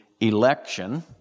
election